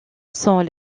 sont